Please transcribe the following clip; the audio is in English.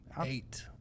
Eight